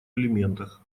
элементах